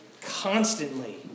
constantly